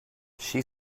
she